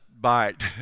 bite